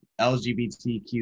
LGBTQ